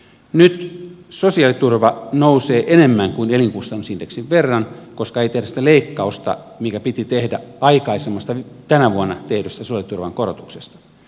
nyt sosiaaliturva nousee enemmän kuin elinkustannusindeksin verran koska ei tehdä sitä leikkausta mikä piti tehdä aikaisemmasta tänä vuonna tehdystä sosiaaliturvan korotuksesta